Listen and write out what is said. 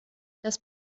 dass